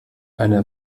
eine